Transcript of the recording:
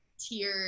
tier